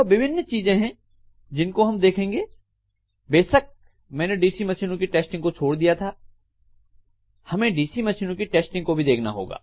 यह विभिन्न चीजें हैं जिनको हम देखेंगे बेशक मैंने डीसी मशीनों की टेस्टिंग को छोड़ दिया था हमें डीसी मशीन की टेस्टिंग को भी देखना होगा